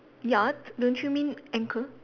yacht don't you mean anchor